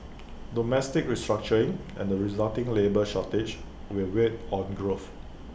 domestic restructuring and the resulting labour shortage will weigh on growth